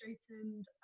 straightened